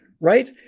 right